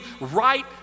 right